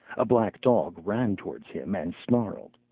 a black dog ran towards him and snarled.